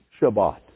Shabbat